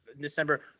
December